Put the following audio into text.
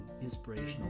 inspirational